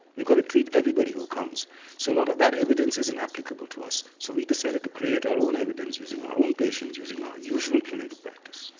you've got to treat everybody who comes so a lot of that evidence isn't applicable to us. so we decided to create our own evidence using our own patients using our usual clinical practice.